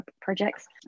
projects